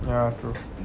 ya true